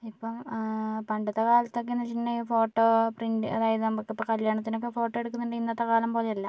ഇപ്പോൾ പണ്ടത്തെ കാലത്തൊക്കെയെന്ന് വച്ചിട്ടുണ്ടെങ്കിൽ ഫോട്ടോ പ്രിൻറ് അതായത് നമുക്കിപ്പോൾ കല്യാണത്തിനൊക്കെ ഫോട്ടോ എടുക്കുന്നുണ്ടെങ്കിൽ ഇന്നത്തെ കാലം പോലെയല്ല